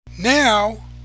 Now